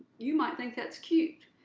you might think that's cute,